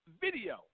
video